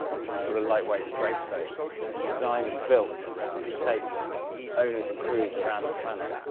some sort of lightweight raceboat, this is designed and built to take owners and crews around the planet,